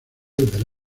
del